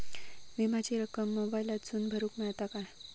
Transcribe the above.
विमाची रक्कम मोबाईलातसून भरुक मेळता काय?